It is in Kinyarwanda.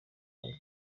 kwaka